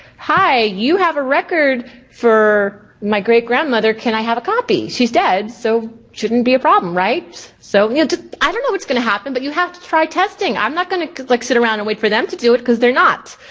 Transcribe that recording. hi, you have a record for my great-grandmother, can i have a copy? she's dead, so shouldn't be a problem right? so you know just i don't what's gonna happen, but you have to try testing, i'm not gonna like sit around and wait for them to do it cause they're not.